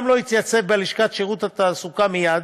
אולם לא התייצב בלשכת שירות התעסוקה מייד,